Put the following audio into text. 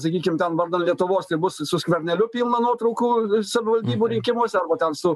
sakykim ten vardan lietuvos tai bus su skverneliu pilna nuotraukų savivaldybių rinkimuose arba ten su